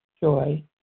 joy